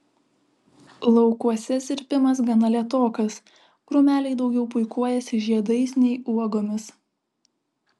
laukuose sirpimas gana lėtokas krūmeliai daugiau puikuojasi žiedais nei uogomis